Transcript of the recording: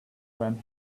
when